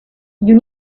you